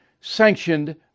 sanctioned